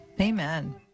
Amen